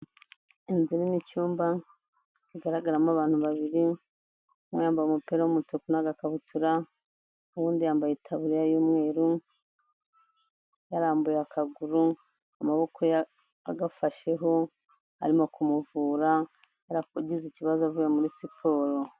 Inzu irimo icyumba kigaragaramo abantu babiri umwe yambaye umupira w'umutuku n'akabutura, uw'undi yambaye itaburiya y'umweru yarambuye akaguru, amaboko ye agafasheho arimo kumuvura kuberako agize ikibazo avuye muri siporo.